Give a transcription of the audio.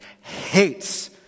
hates